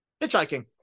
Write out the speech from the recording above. Hitchhiking